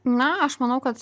na aš manau kad